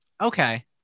Okay